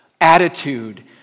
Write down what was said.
attitude